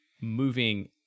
moving